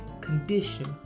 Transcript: condition